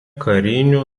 karinių